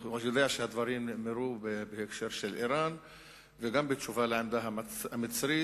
אני יודע שהדברים נאמרו בהקשר של אירן וגם בתשובה לעמדה המצרית